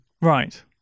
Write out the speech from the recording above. Right